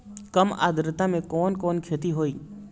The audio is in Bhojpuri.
कम आद्रता में कवन कवन खेती होई?